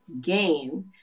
game